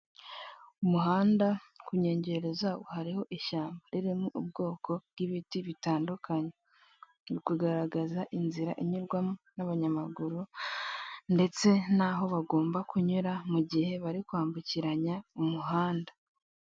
Umuhanda ku nkengero zawo hariho ishyamba ririmo ubwoko bw'ibiti bitandukanye. Mukugaragaza inzira inyurwamo n'abanyamaguru, ndetse n'aho bagomba kunyura mugihe bari kwambukiranya umuhanda.